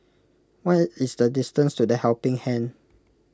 what is the distance to the Helping Hand